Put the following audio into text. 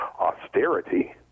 austerity